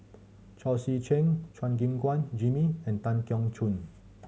Chao Tzee Cheng Chua Gim Guan Jimmy and Tan Keong Choon